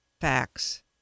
facts